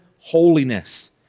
holiness